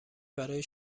برای